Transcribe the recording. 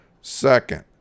Second